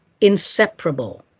inseparable